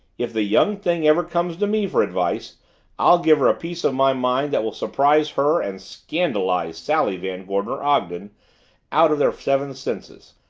if the young thing ever comes to me for advice i'll give her a piece of my mind that will surprise her and scandalize sally van gorder ogden out of her seven senses.